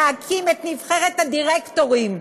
להקים את נבחרת הדירקטורים,